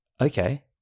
okay